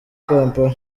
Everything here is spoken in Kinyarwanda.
kampala